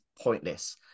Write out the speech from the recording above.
pointless